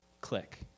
click